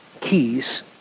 keys